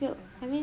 bye bye